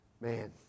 man